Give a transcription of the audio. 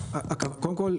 קודם כל,